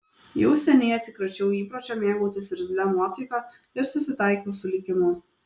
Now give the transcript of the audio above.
jau seniai atsikračiau įpročio mėgautis irzlia nuotaika ir susitaikiau su likimu